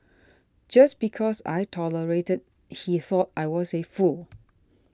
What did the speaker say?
just because I tolerated he thought I was a fool